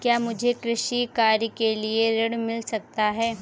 क्या मुझे कृषि कार्य के लिए ऋण मिल सकता है?